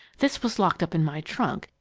this was locked up in my trunk,